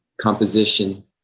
composition